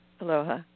Aloha